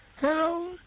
Hello